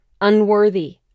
unworthy